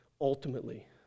ultimately